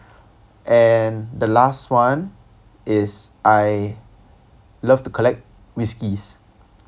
and the last one is I love to collect whiskies